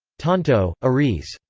tonto, ariz.